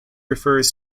refers